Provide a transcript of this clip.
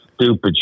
stupid